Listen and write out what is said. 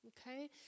okay